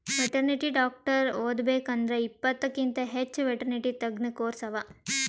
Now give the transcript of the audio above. veterinary doctor ಓದಬೇಕ್ ಅಂದ್ರ ಇಪ್ಪತ್ತಕ್ಕಿಂತ್ ಹೆಚ್ಚ್ ವೆಟೆರ್ನಿಟಿ ತಜ್ಞ ಕೋರ್ಸ್ ಅವಾ